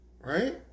right